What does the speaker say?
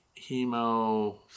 hemo